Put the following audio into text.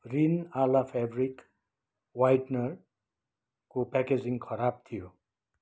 रिन आला फेब्रिक ह्वाइटनरको प्याकेजिङ खराब थियो